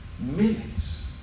minutes